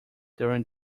during